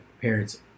parents